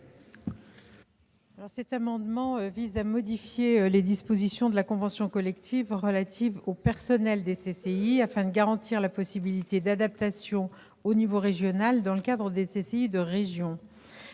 Cet amendement vise à modifier les dispositions de la convention collective relative aux personnels des CCI afin de garantir la possibilité d'adaptations au niveau régional, dans le cadre des CCI de région.